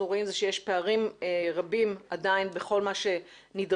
רואים זה שיש פערים רבים עדיין בכל מה שנדרש.